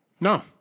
No